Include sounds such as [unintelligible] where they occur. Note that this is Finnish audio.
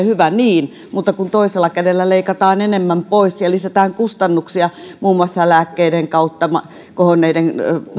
[unintelligible] hyvä niin mutta kun toisella kädellä leikataan enemmän pois ja lisätään kustannuksia muun muassa lääkkeiden kautta ja kohonneiden